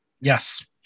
Yes